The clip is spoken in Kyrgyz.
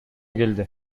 келди